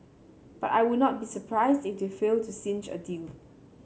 but I would not be surprised if they fail to clinch a deal